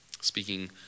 Speaking